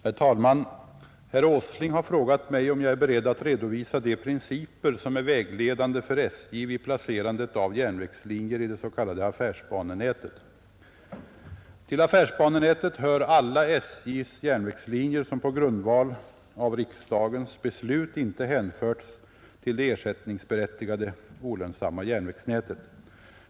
Herr talman! Herr Åsling har frågat mig om jag är beredd att redovisa de principer som är vägledande för SJ vid placerandet av järnvägslinjer i det s.k. affärsbanenätet. Till affärsbanenätet hör alla SJ:s järnvägslinjer som på grundval av riksdagens beslut inte hänförts till det ersättningsberättigade olönsamma järnvägsnätet.